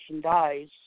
dies